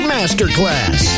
Masterclass